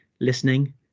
listening